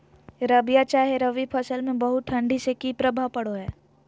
रबिया चाहे रवि फसल में बहुत ठंडी से की प्रभाव पड़ो है?